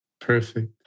Perfect